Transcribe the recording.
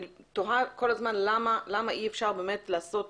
אני תוהה כל הזמן למה אי אפשר באמת לעשות